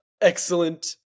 excellent